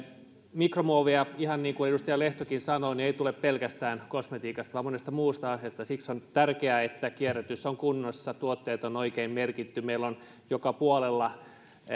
mikromuoveja ihan niin kuin edustaja lehtokin sanoi ei tule pelkästään kosmetiikasta vaan monesta muusta asiasta ja siksi on tärkeää että kierrätys on kunnossa tuotteet on oikein merkitty ja meillä on joka puolella